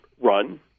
run